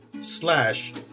slash